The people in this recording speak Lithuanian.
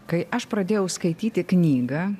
kai aš pradėjau skaityti knygą